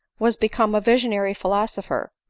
was become a visionary philosopher,